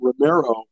Romero